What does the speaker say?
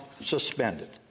suspended